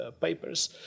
papers